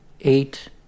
eight